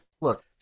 Look